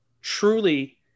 truly